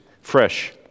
fresh